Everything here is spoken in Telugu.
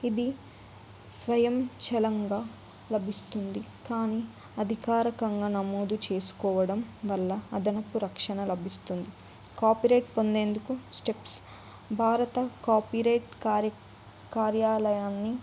ఇది స్వయం చలంగా లభిస్తుంది కానీ అధికారికంగా నమోదు చేసుకోవడం వల్ల అదనపు రక్షణ లభిస్తుంది కాపీరైట్ పొందేందుకు స్టెప్స్ భారత కాపీరైట్ కార్యాలయాన్ని